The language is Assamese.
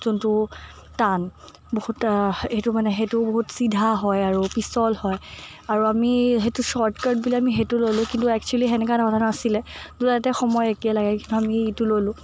যোনটো টান বহুত সেইটো মানে সেইটো বহুত চিধা হয় আৰু পিছল হয় আৰু আমি সেইটো চৰ্ত কাট বুলি আমি সেইটো ল'লো কিন্তু এক্সোৱেলি সেনকা নাছিলে দুইটাতে সময় একে লাগে কিন্তু আমি ইটো ল'লো